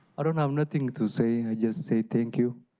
i don't have nothing to say, i'll just say thank you.